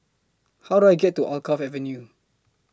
How Do I get to Alkaff Avenue